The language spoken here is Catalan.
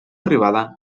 arribada